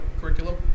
curriculum